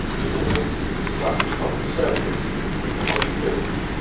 even when it's sloughed from the surface into body fluids.